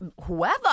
whoever